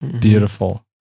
Beautiful